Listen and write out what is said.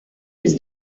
his